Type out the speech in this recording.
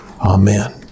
Amen